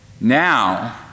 Now